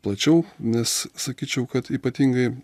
plačiau nes sakyčiau kad ypatingai